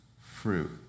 fruit